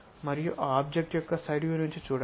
మరియు ఆ ఆబ్జెక్ట్ యొక్క సైడ్ వ్యూ నుండి చూడండి